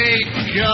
Make